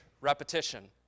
repetition